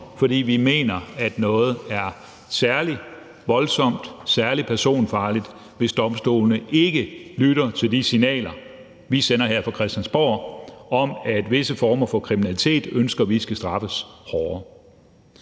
fordi vi mener, at noget er særlig voldsomt, særlig personfarligt, hvis domstolene ikke lytter til de signaler, vi sender her fra Christiansborg, om, at vi ønsker, at visse former for kriminalitet skal straffes hårdere.